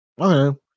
Okay